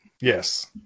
yes